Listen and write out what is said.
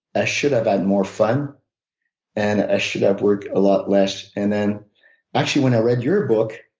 i should have had more fun and i should have worked a lot less. and then actually, when i read your book,